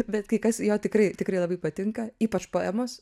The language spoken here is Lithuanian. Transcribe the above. bet kai kas jo tikrai tikrai labai patinka ypač poemos